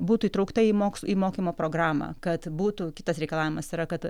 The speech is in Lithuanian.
būtų įtraukta į mokslo į mokymo programą kad būtų kitas reikalavimas yra kad